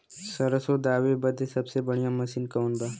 सरसों दावे बदे सबसे बढ़ियां मसिन कवन बा?